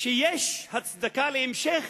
שיש הצדקה להמשך